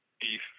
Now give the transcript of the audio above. beef